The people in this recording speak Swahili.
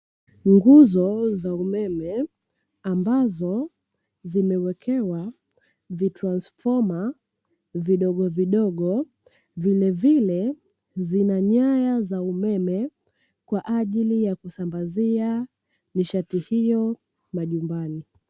Nguzo za umeme ambazo zimewekewa vitransifoma vidogo vidogo, vile vile zina nyaya za umeme kwa ajili ya kusambazia nishati hiyo majumbani.